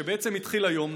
שבעצם התחיל היום,